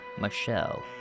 Michelle